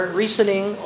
reasoning